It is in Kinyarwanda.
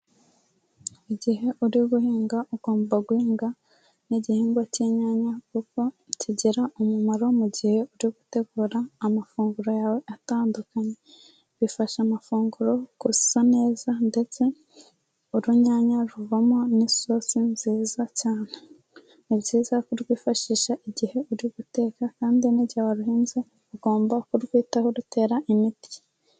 Igihe uri guhinga ugomba guhinga n'igihingwa cy'inyanya kuko kigira umumaro mu gihe uri gutegura amafunguro yawe atandukanye, bifasha amafunguro gusa neza ndetse urunyanya ruvamo n'isosi nziza cyane. Ni byiza kurwifashisha igihe uri guteka kandi n'igihe waruhinze ugomba kurwitaho urutera imiti.